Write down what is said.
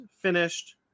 finished